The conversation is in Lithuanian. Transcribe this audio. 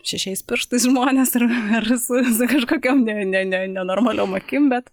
šešiais pirštais žmonės ir ir su su kažkokiom ne ne ne nenormaliom akim bet